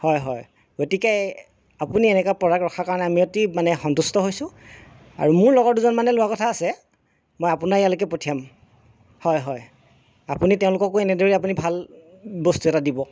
হয় হয় গতিকে আপুনি এনেকা প্ৰডাক্ট ৰখা কাৰণে আমি অতি মানে সন্তুষ্ট হৈছো আৰু মোৰ লগৰ দুজনমানে লোৱা কথা আছে মই আপোনা ইয়ালৈকে পঠিয়াম হয় হয় আপুনি তেওঁলোককো এনেদৰে অপুনি ভাল বস্তু এটা দিব